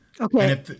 Okay